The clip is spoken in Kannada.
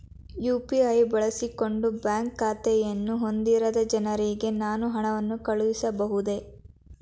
ಯು.ಪಿ.ಐ ಬಳಸಿಕೊಂಡು ಬ್ಯಾಂಕ್ ಖಾತೆಯನ್ನು ಹೊಂದಿರದ ಜನರಿಗೆ ನಾನು ಹಣವನ್ನು ಕಳುಹಿಸಬಹುದೇ?